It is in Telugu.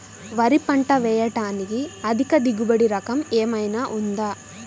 వరి పంట వేయటానికి అధిక దిగుబడి రకం ఏమయినా ఉందా?